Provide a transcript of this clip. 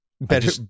Better